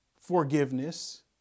forgiveness